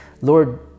Lord